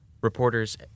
Reporters